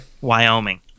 Wyoming